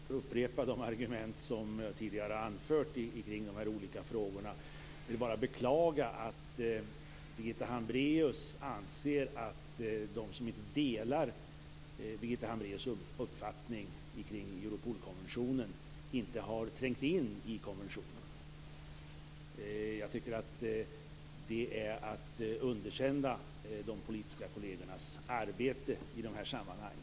Fru talman! Jag skall inte upprepa de argument som tidigare har anförts kring de olika frågorna. Jag vill bara beklaga att Birgitta Hambraeus anser att de som inte delar hennes uppfattning om Europolkonventionen inte har trängt in i konventionen. Jag tycker att det är att underkänna de politiska kollegernas arbete i dessa sammanhang.